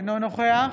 אינו נוכח